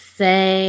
say